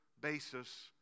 basis